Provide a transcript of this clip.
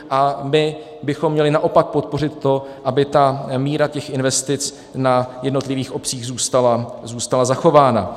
A my bychom měli naopak podpořit to, aby míra těch investic na jednotlivých obcích zůstala zachována.